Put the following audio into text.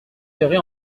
irez